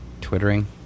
Twittering